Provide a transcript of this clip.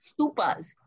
stupas